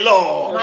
Lord